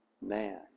man